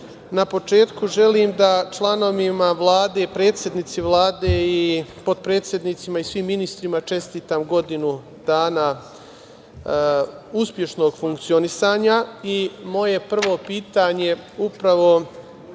na početku želim da članovima Vlade, predsednici Vlade i potpredsednicima i svim ministrima čestitam godinu dana uspešnog funkcionisanja. Moje prvo pitanje upravo